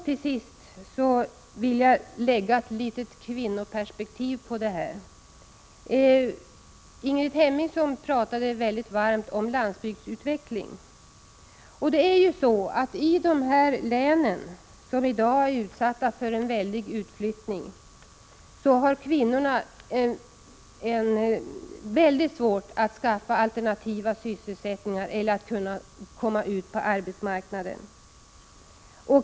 Till sist vill jag anlägga ett kvinnoperspektiv på dessa frågor. Ingrid Hemmingsson talade mycket varmt om landsbygdsutveckling. I de län som i dag är utsatta för en stark utflyttning har kvinnorna mycket svårt att komma ut på arbetsmarknaden.